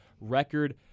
record